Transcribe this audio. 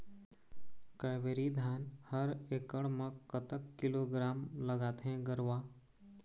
कावेरी धान हर एकड़ म कतक किलोग्राम लगाथें गरवा?